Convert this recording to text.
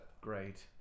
great